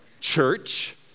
Church